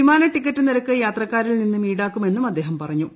വിമാന ടിക്കറ്റ് നിരക്ക് യാത്രക്കാരിൽ നിന്നും ഇൌടാക്കുമെന്നും അദ്ദേഹം പറഞ്ഞു